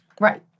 Right